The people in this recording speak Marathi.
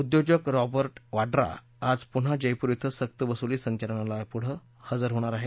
उद्योजक रॉबर्ट वाड्रा आज पुन्हा जयपूर क्वे सक्तवसुली संचालनालया पुढं हजर होणार आहे